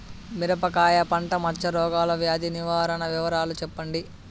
మిరపకాయ పంట మచ్చ రోగాల వ్యాధి నివారణ వివరాలు చెప్పండి?